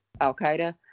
Al-Qaeda